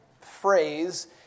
phrase